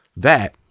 that,